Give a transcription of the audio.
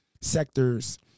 sectors